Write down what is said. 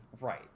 Right